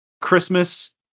Christmas